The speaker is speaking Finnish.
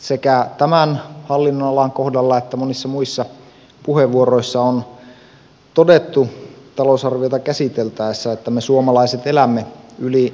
sekä tämän hallinnonalan kohdalla että monissa muissa puheenvuoroissa on todettu talousarviota käsiteltäessä että me suomalaiset elämme yli varojemme